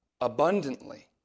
abundantly